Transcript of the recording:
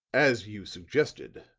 as you suggested,